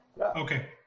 Okay